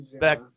back